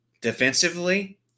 Defensively